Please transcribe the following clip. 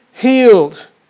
healed